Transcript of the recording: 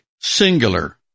singular